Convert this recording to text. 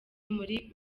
muri